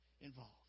involved